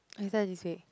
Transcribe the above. oh is that this week